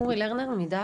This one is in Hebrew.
אורי לרנר מדעת?